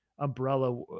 Umbrella